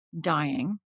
dying